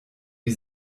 wie